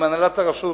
עם הנהלת הרשות,